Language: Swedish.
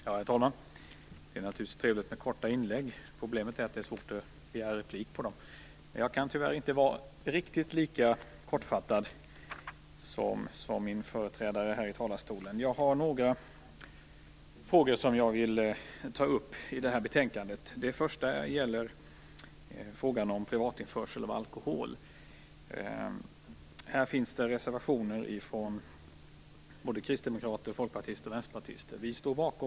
Herr talman! Det är naturligtvis trevligt med korta inlägg. Problemet är att det är svårt att begära replik på dem. Jag kan tyvärr inte vara riktigt lika kortfattad som min företrädare i talarstolen. Jag har några frågor som jag vill ta upp med anledning av det här betänkandet. Det gäller för det första frågan om privatinförsel av alkohol. I den frågan har såväl kristdemokrater och folkpartister som vänsterpartister reserverat sig.